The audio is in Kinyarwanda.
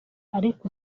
ariko